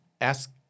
Ask